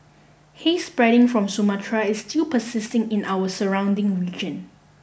haze spreading from Sumatra is still persisting in our surrounding region